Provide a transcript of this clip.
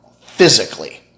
physically